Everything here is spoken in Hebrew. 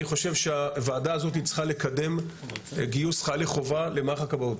אני חושב שהוועדה הזאת צריכה לקדם גיוס חיילי חובה למערך הכבאות.